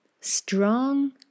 strong